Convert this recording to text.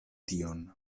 tion